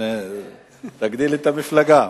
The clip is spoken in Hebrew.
תגדיל את המפלגה.